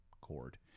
chord